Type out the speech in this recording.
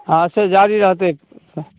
आच्छा जारी रहतै ब्यवस्था